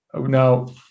Now